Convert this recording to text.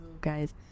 Guys